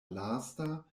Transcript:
lasta